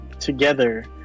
Together